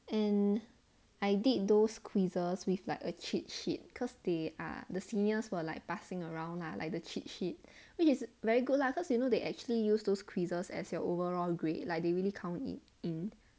and I did those quizzes with like a cheat sheet because they are the seniors were like passing around lah like the cheat sheet which is very good lah cause you know they actually use those quizzes as your overall grade like they really count it in